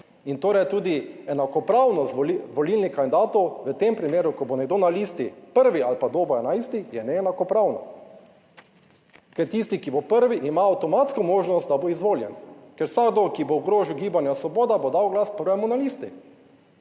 torej tudi enakopravnost volilnih kandidatov v tem primeru, ko bo nekdo na listi prvi ali pa do bo 11. je neenakopravna. Ker tisti, ki bo prvi ima avtomatsko možnost, da bo izvoljen. Ker vsakdo, ki bo obkrožal gibanja Svoboda, bo dal glas prvemu na listi,